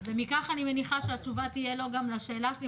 ומכך אני מניחה שהתשובה תהיה לא גם לשאלה שלי,